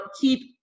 keep